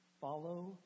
Follow